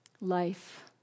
Life